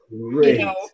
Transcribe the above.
great